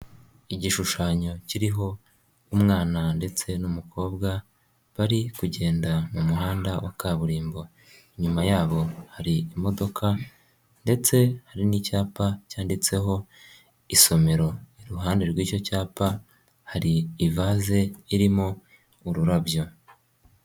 Igishushanyo kiriho umwana ndetse n'umukobwa bari kugenda mu muhanda wa kaburimbo, inyuma yabo hari imodoka ndetse hari n'icyapa cyanditseho isomero iruhande rw'icyo cyapa, hari ivaze irimo ururabyo.